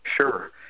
sure